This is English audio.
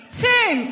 two